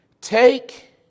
Take